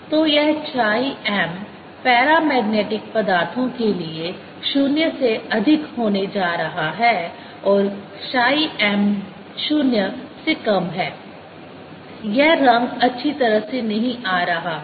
तो यह chi mपैरामैग्नेटिक पदार्थों के लिए 0 से अधिक होने जा रहा है और chi m 0 से कम है यह रंग अच्छी तरह से नहीं आ रहा है